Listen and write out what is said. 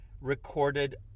recorded